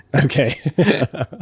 Okay